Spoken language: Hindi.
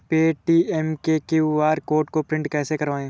पेटीएम के क्यू.आर कोड को प्रिंट कैसे करवाएँ?